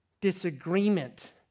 disagreement